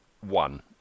one